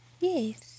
Yes